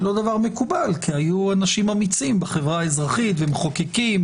היא לא דבר מקובל כי היו אנשים אמיצים בחברה האזרחית ומחוקקים